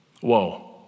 Whoa